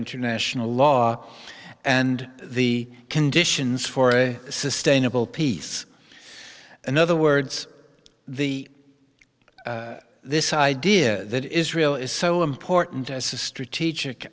international law and the conditions for a sustainable peace in other words the this idea that israel is so important as a strategic